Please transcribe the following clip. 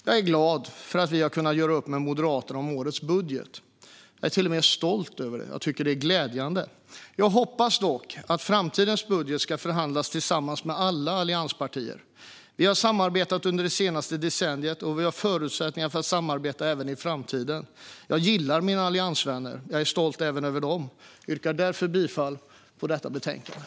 Jag är glad för att vi har kunnat göra upp med Moderaterna om årets budget. Jag är till och med stolt över det. Jag tycker att det är glädjande. Dock hoppas jag att framtida budgetar ska förhandlas tillsammans med alla allianspartier. Vi har samarbetat under det senaste decenniet, och vi har förutsättningar för att samarbeta även i framtiden. Jag gillar mina alliansvänner. Jag är stolt även över dem. Därför yrkar jag bifall till förslaget i detta betänkande.